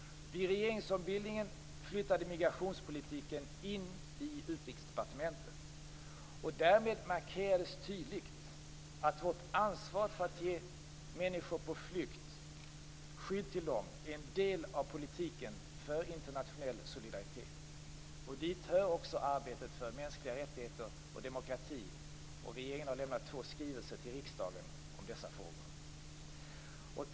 Vid regeringsombildningen flyttade migrationspolitiken in i Utrikesdepartementet. Därmed markerades tydligt att vårt ansvar för att ge skydd till människor på flykt är en del av politiken för internationell solidaritet. Dit hör också arbetet för mänskliga rättigheter och demokrati. Regeringen har lämnat två skrivelser till riksdagen om dessa frågor.